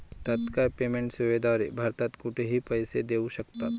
तत्काळ पेमेंट सेवेद्वारे भारतात कुठेही पैसे देऊ शकतात